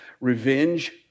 Revenge